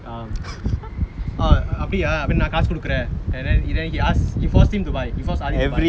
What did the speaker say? um err அப்படியா நா காசு கொடுக்குறேன்:appadiyaa naa kaasu kodukkuraen and then he then he ask he forced him to buy he force aathi to buy